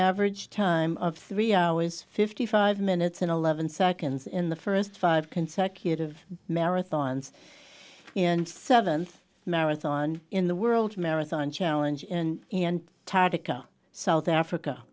average time of three hours fifty five minutes and eleven seconds in the first five consecutive marathons and seventh marathon in the world marathon challenge in the end tadic south africa